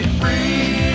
free